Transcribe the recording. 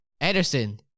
Ederson